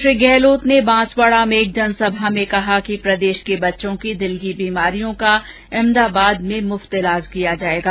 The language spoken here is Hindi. श्री गहलोत ने बांसवाडा में एक जनसभा में कहा कि प्रदेश के बच्चों की दिल की बीमारियों का अहमदाबाद में मुफ्त इलाज कराया जायेगा